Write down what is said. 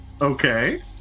okay